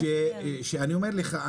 כי הוא מוסיף שתי חברות גדולות מאוד,